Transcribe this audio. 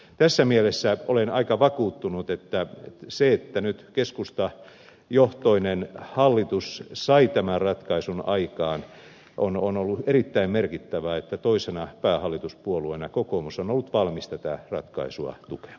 tässä mielessä olen aika vakuuttunut että siinä että keskustajohtoinen hallitus sai tämän ratkaisun aikaan on ollut erittäin merkittävää se että toisena päähallituspuolueena kokoomus on ollut valmis tätä ratkaisua tukemaan